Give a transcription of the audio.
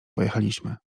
pojechaliśmy